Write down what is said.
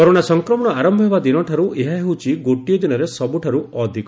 corona ସଂକ୍ରମଣ ଆରମ୍ଭ ହେବା ଦିନଠାର୍ଚ ଏହା ହେଉଛି ଗୋଟିଏ ଦିନରେ ସବୁଠୁ ଅଧିକ